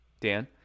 Dan